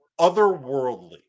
otherworldly